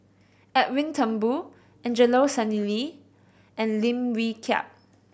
Edwin Thumboo Angelo Sanelli and Lim Wee Kiak